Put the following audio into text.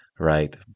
right